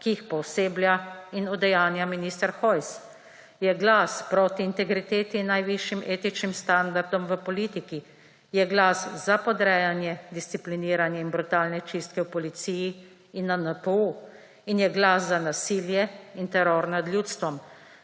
ki jih pooseblja in udejanja minister Hojs, je glas proti integriteti in najvišjim etičnim standardom v politiki, je glas za podrejanje, discipliniranje in brutalne čistke v policiji in na NPU in je glas za nasilje in teror nad ljudstvom,